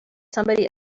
somebody